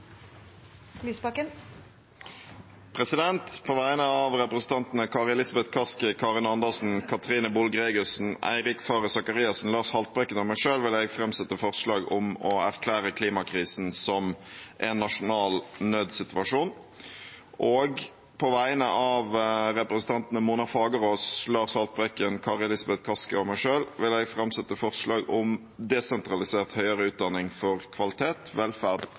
Lysbakken vil fremsette to representantforslag. På vegne av representantene Kari Elisabeth Kaski, Karin Andersen, Katrine Boel Gregussen, Eirik Faret Sakariassen, Lars Haltbrekken og meg selv vil jeg framsette forslag om å erklære klimakrisen som en nasjonal nødsituasjon. Og på vegne av representantene Mona Fagerås, Lars Haltbrekken, Kari Elisabeth Kaski og meg selv vil jeg framsette forslag om en desentralisert høyere utdanning for kvalitet, velferd